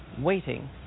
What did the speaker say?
waiting